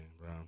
bro